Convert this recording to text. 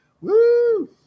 woo